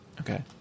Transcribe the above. Okay